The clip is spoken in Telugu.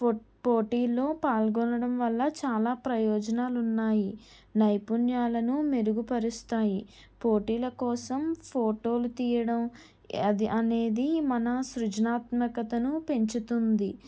పో పోటీల్లో పాల్గొనడం వల్ల చాలా ప్రయోజనాలు ఉన్నాయి నైపుణ్యాలను మెరుగుపరుస్తాయి పోటీల కోసం ఫోటోలు తీయడం అది అనేది మన సృజనాత్మకతను పెంచుతుంది